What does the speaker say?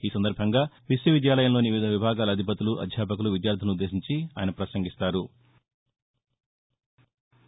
ఈ సందర్బంగా విశ్వవిద్యాలయంలోని వివిధ విభాగాల అధిపతులు అద్యాపకులు విద్యార్దులను ఉద్దేశించి ఉపరాష్ట్రపతి పసంగిస్తారు